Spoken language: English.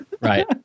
Right